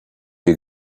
you